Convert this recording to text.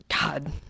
God